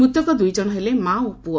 ମୃତକ ଦୁଇ ଜଶ ହେଲେ ମା ଓ ପୁଅ